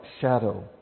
shadow